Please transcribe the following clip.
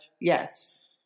Yes